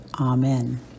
Amen